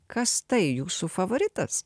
kas tai jūsų favoritas